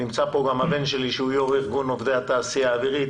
נמצא כאן גם הבן שלי שהוא יושב ראש ארגון עובדי התעשייה האווירית